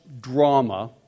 drama